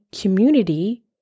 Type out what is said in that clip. community